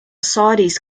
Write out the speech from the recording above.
saudis